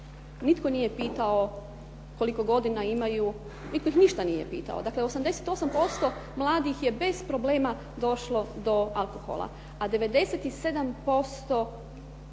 nitko nije pitao koliko godina imaju, nitko ih ništa nije pitao, dakle 88% mladih je bez problema došlo do alkohola, a 97%